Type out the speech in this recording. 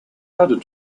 added